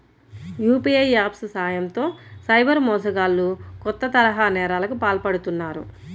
UPI apps సాయంతో cyber మోసగాళ్లు కొత్త తరహా నేరాలకు పాల్పడుతున్నారు